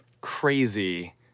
crazy